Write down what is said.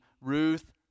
Ruth